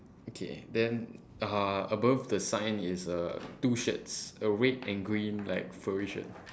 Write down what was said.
okay then uh above the sign is uh two shirts a red and green like furry shirt